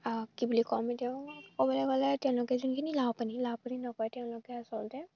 আৰু কি বুলি ক'ম এতিয়াও ক'বলৈ গ'লে তেওঁলোকে যোনখিনি লাওপানী লাওপানী নকয় তেওঁলোকে আচলতে